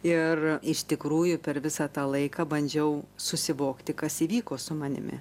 ir iš tikrųjų per visą tą laiką bandžiau susivokti kas įvyko su manimi